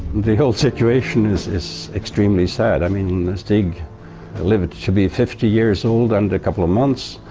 the whole situation is is extremely sad, i mean stieg lived to be fifty years old and a couple of months,